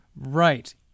Right